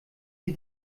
sie